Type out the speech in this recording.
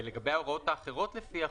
ולגבי ההוראות האחרות לפי החוק,